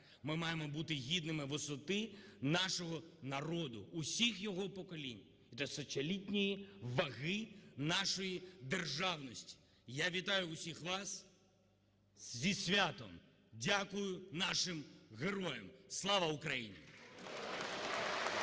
Ми маємо бути гідними висоти нашого народу, усіх його поколінь, тисячолітньої ваги нашої державності. Я вітаю усіх вас зі святом! Дякую нашим героям! Слава Україні! (Оплески)